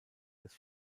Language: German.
des